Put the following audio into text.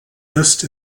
list